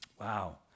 Wow